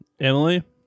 Emily